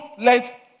let